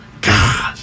God